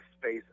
space